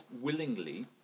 willingly